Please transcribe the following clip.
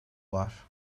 var